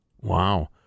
Wow